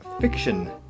fiction